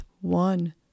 One